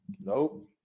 Nope